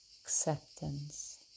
acceptance